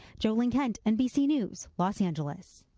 jo ling kent, nbc news, los angeles.